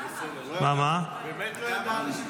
באמת לא ידענו.